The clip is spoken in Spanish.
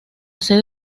sede